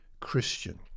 Christian